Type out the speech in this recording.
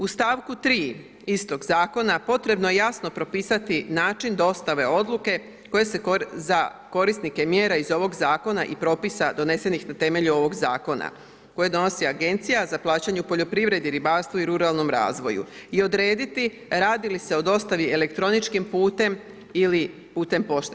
U st. 3. istog Zakona potrebno je jasno propisati način dostave odluke koje se za korisnike mjera iz ovog Zakona i propisa donesenih na temelju ovog Zakona koje donosi Agencija za plaćanje u poljoprivredi, ribarstvu i ruralnom razvoju i odrediti radi li se o dostavi elektroničkim putem ili putem pošte.